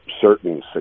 certain